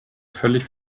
völlig